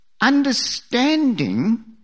understanding